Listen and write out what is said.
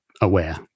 aware